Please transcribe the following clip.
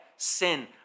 sin